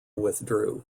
withdrew